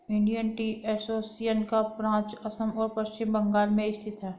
Indian tea association का branch Assam और पश्चिम बंगाल में स्थित है